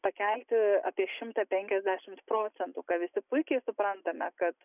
pakelti apie šimtą penkiasdešims procentų ką visi puikiai suprantame kad